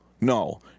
no